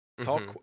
talk